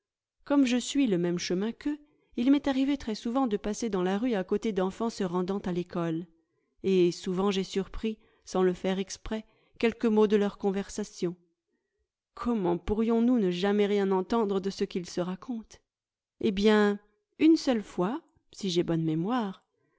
comme je suis le même chemin qu'eux il m'est arrivé très souvent de passer dans la rue à côté d'enfants se rendant à l'école et souvent j'ai surpris sans le faire exprès quelques mots de leurs conversations comment pourrions-nous ne jamais rien entendre ce ce qu'ils se racontent î eh bien une seule fois si j'ai bonne mémoire